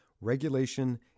regulation